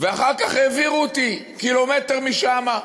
אחר כך העבירו קילומטר משם.